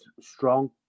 strong